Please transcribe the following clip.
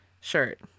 shirt